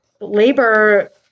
labor